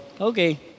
okay